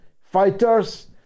fighters